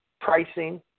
pricing